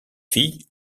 filles